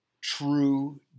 true